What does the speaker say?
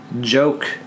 Joke